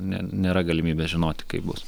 ne nėra galimybės žinoti kaip bus